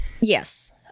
yes